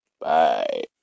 Bye